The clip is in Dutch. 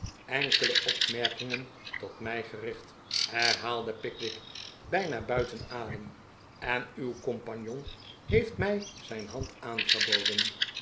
enkele opmerkingen tot mij gericht herhaalde pickwick bijna buiten ademj en uw compagnon heeft mij zijn hand aangeboden